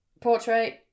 portrait